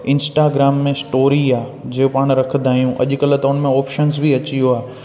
Instagram में story आहे जे पाण रखंदा आहियूं अॼुकल्ह त हुन में ऑपशन्स बि अची वियो आहे